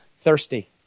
thirsty